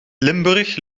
limburg